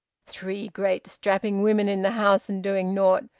three great strapping women in the house and doing nought!